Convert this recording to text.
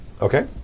Okay